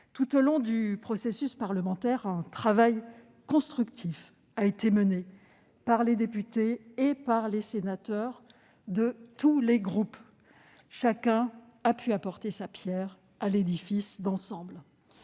Tout au long du processus parlementaire, un travail constructif a été mené par les députés et les sénateurs de tous les groupes : chacun a pu apporter sa pierre à l'édifice d'ensemble.